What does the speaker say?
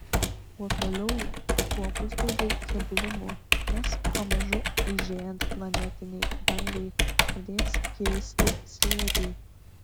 kuo toliau tuo bus daugiau keblumų nes pamažu aižėjant planetinei dangai pradės kisti slėgiai